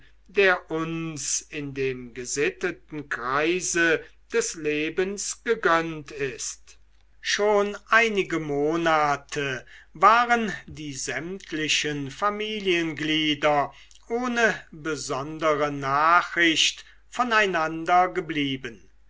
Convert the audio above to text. der uns in dem gesitteten kreise des lebens gegönnt ist schon einige monate waren die sämtlichen familienglieder ohne besondere nachricht voneinander geblieben